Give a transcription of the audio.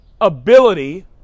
ability